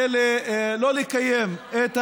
החוק הזה יעבור.